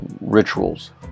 rituals